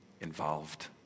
Involved